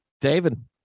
David